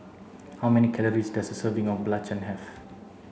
how many calories does a serving of Belacan have